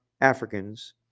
Africans